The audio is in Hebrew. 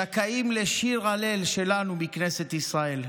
זכאים לשיר הלל שלנו מכנסת ישראל.